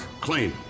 clean